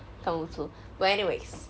看不出 but anyways